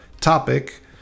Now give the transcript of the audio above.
topic